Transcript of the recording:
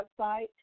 website